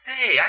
Hey